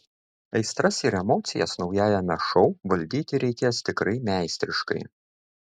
aistras ir emocijas naujajame šou valdyti reikės tikrai meistriškai